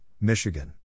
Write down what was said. Michigan